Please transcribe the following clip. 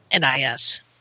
NIS